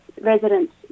residents